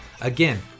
Again